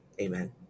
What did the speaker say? Amen